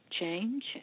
change